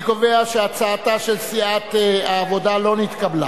אני קובע שהצעתה של סיעת העבודה לא נתקבלה.